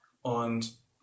und